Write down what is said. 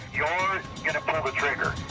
you're going to pull the trigger.